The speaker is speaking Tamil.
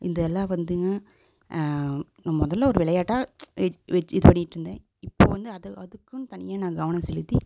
இந்தெல்லாம் வந்துங்க முதல்ல ஒரு விளையாட்டாக இது பண்ணிட்டு இருந்தேன் இப்போது வந்து அதை அதுக்குன்னு தனியாக நான் கவனம் செலுத்தி